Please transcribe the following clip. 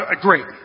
Great